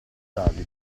tardi